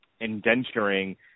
indenturing